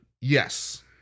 Yes